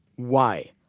why?